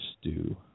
stew